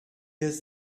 has